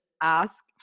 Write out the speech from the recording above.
ask